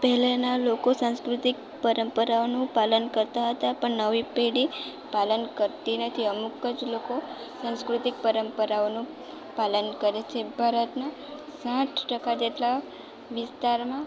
પહેલાંના લોકો સાંસ્કૃતિક પરંપરાઓનું પાલન કરતા હતા પણ નવી પેઢી પાલન કરતી નથી અમુક જ લોકો સાંસ્કૃતિક પરંપરાઓનું પાલન કરે છે ભારતના સાઠ ટકા જેટલા વિસ્તારમાં